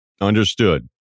Understood